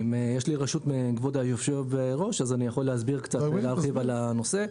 ברשות היושב-ראש, אסביר קצת על הנושא.